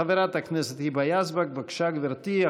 חברת הכנסת היבה יזבק, בבקשה, גברתי.